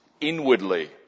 inwardly